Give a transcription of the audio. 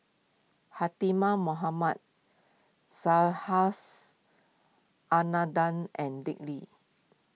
Mohamad Subhas Anandan and Dick Lee